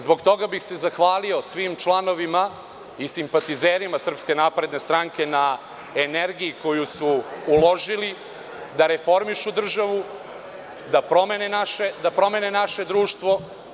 Zbog toga bih se zahvalio svim članovima i simpatizerima SNS na energiji koji su uložili da reformišu državu, da promene naše društvo.